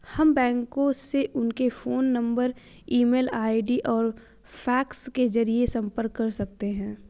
हम बैंकों से उनके phone number e mail ID और फैक्स के जरिए संपर्क कर सकते हैं